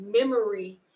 memory